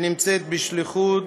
שנמצאת בשליחות